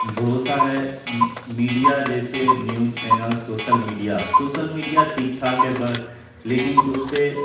بھروسہ ہے میڈیا جیسے news channel social media social media ٹھیک ٹھاک ہے بہ لیکن اس پہ